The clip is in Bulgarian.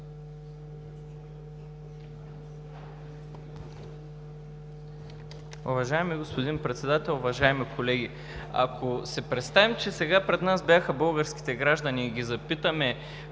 Уважаеми господин Председател, уважаеми колеги! Ако си представим, че сега пред нас бяха българските граждани и ги запитаме